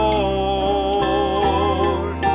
Lord